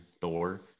Thor